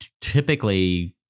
typically